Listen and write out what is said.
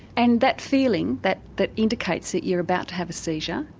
and that feeling, that that indicates that you're about to have a seizure,